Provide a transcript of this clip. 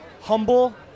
humble